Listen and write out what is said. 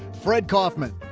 fred kaufman.